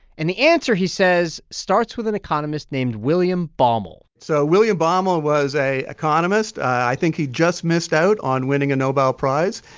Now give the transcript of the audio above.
and the answer, he says, starts with an economist named william baumol so william baumol was a economist. i think he just missed out on winning a nobel prize.